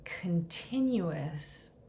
continuous